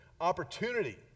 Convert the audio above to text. opportunity